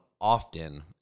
often